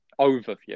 overview